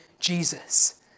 Jesus